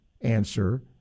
answer